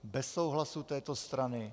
Bez souhlasu této strany?